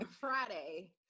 Friday